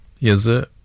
yazı